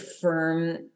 firm